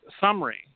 summary